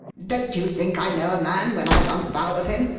don't you think i know a man when i run foul of him?